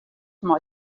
mei